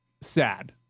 sad